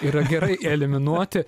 yra gerai eliminuoti